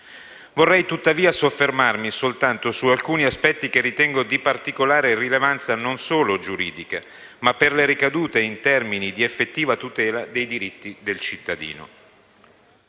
Vorrei tuttavia soffermarmi soltanto su alcuni aspetti che ritengo di particolare rilevanza, non solo giuridica, ma per le ricadute in termini di effettiva tutela dei diritti dei cittadino.